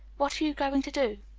what are you going to do?